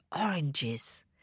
oranges